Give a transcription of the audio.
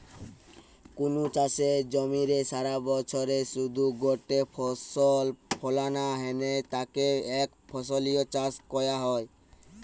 কুনু চাষের জমিরে সারাবছরে শুধু গটে ফসল ফলানা হ্যানে তাকে একফসলি চাষ কয়া হয়